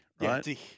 right